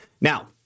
Now